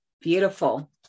Beautiful